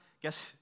guess